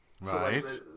Right